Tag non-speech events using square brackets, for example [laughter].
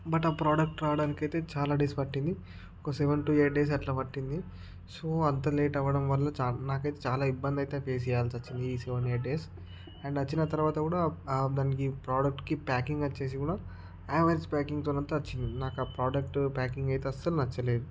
but ఆ product రావడానికి అయితే చాలా డేస్ పట్టింది ఒక సెవెన్ టు ఎయిట్ డేస్ అలా పట్టింది సో అంత లేట్ అవ్వడం వల్ల [unintelligible] నాకైతే చాలా ఇబ్బంది అయితే ఫేస్ చేయాల్సి వచ్చింది ఈ సెవెన్ ఎయిట్ డేస్ అండ్ వచ్చిన తర్వాత కూడా దానికి ప్రోడక్ట్కి ప్యాకింగ్ వచ్చేసి కూడా యావరేజ్ ప్యాకింగ్తో [unintelligible] వచ్చింది నాకు ఆ ప్రోడక్ట్ ప్యాకింగ్ అయితే అసలు నచ్చలేదు